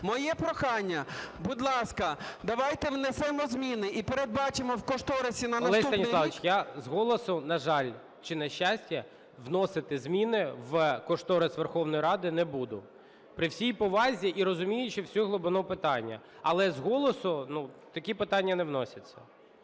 Моє прохання. Будь ласка, давайте внесемо зміни і передбачимо в кошторисі на наступний рік… ГОЛОВУЮЧИЙ. Олег Станіславович, я з голосу, на жаль, чи, на щастя, вносити зміни в кошторис Верховної Ради не буду. При всій повазі і, розуміючи всю глибину питання, але з голосу такі питання не вносяться.